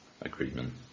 agreement